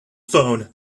phone